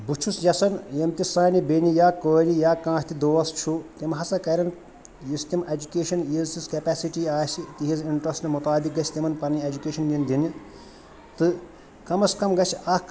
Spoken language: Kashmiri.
بہٕ چھُس یَژھان یِم تہِ سانہِ بیٚنہِ یا کورِ یا کانٛہہ تہِ دوس چھُ تِم ہسا کرٮ۪ن یُس تِم ایٚجوٗکیشن یَس یِژھ کیپیسٹی آسہِ تِہٕنٛز اِنٹرسٹ مُطابِق گژھِ تِمن پنٕنۍ ایٚجوٗکیشن یِن دِنہِ تہٕ کم از کم گژھِ اکھ